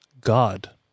God